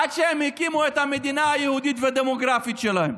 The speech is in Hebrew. עד שהם הקימו את המדינה היהודית והדמוגרפית שלהם.